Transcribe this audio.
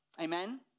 Amen